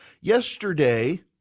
Yesterday